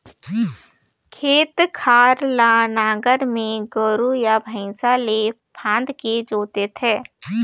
खेत खार ल नांगर में गोरू या भइसा ले फांदके जोत थे